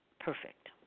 perfect